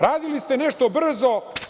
Radili ste nešto brzo.